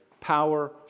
power